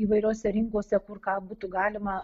įvairiose rinkose kur ką būtų galima